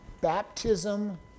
baptism